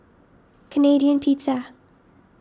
Canadian Pizza